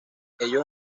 ellos